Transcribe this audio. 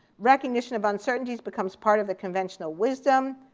recognition of uncertainties becomes part of the conventional wisdom,